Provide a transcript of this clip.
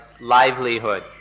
livelihood